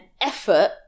effort